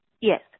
Yes